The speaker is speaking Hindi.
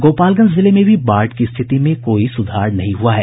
गोपालगंज जिले में भी बाढ़ की स्थिति में कोई सुधार नहीं हुआ है